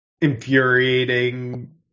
infuriating